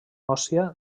òssia